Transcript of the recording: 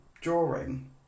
drawing